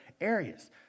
areas